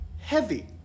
heavy